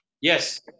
Yes